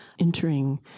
entering